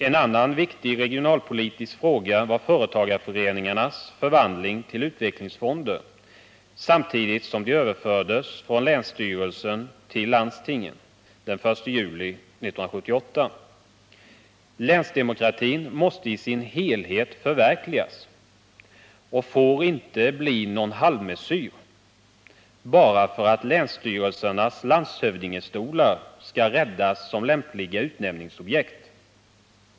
En annan viktig regionalpolitisk fråga var företagarföreningarnas förvandling till utvecklingsfonder samtidigt som de överfördes från länsstyrelsen till landstingen den 1 juli 1978. Länsdemokratin måste i sin helhet förverkligas och får inte bli någon halvmesyr bara för att länsstyrelsernas landshövdingestolar skall räddas som lämpliga utnämningsobjekt.